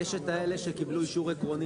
מי נגד?